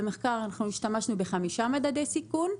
במחקר השתמשנו בחמישה מדדי סיכון,